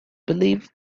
believe